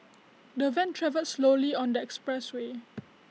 the van travelled slowly on the expressway